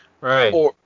Right